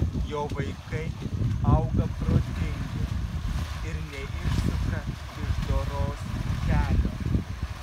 jo vaikai auga protingi ir neišsuka iš doros kelio